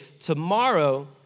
Tomorrow